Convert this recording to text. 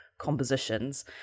compositions